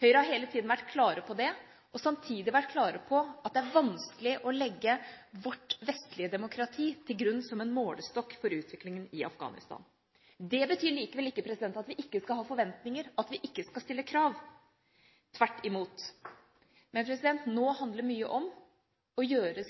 Høyre har hele tida vært klar på det og samtidig vært klar på at det er vanskelig å legge vårt vestlige demokrati til grunn som en målestokk for utviklingen i Afghanistan. Det betyr likevel ikke at vi ikke skal ha forventninger, at vi ikke skal stille krav – tvert imot – men nå handler mye om å gjøre